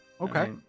Okay